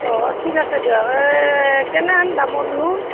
অঁ ঠিক আছে দিয়ক এ কেনেহেনে দামৰনো